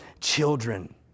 children